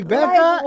Becca